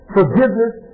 forgiveness